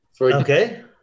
okay